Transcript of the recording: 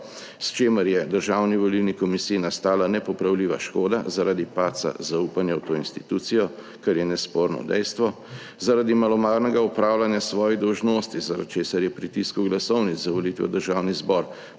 s čimer je Državni volilni komisiji nastala nepopravljiva škoda zaradi padca zaupanja v to institucijo, kar je nesporno dejstvo, zaradi malomarnega opravljanja svojih dolžnosti, zaradi česar je pri tisku glasovnic za volitve v Državni zbor